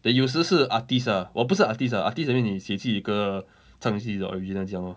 then 有时是 artist ah 我不是 artist ah artist that means 你写自己的歌唱你自己的 original 这样 lor